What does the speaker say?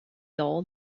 dull